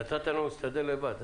נתת לנו להסתדר לבד.